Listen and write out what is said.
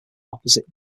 opposite